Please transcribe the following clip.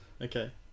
okay